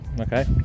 Okay